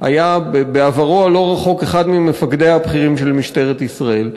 שהיה בעברו הלא-רחוק אחד ממפקדיה הבכירים של משטרת ישראל,